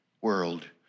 world